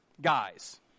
guys